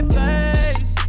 face